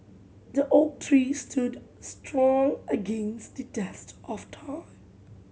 the oak tree stood strong against the test of time